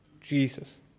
Jesus